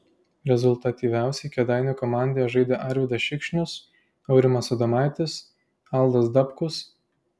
rezultatyviausiai kėdainių komandoje žaidė arvydas šikšnius aurimas adomaitis aldas dabkus